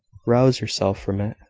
rouse yourself from it.